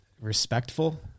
respectful